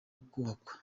kubakwa